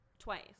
Twice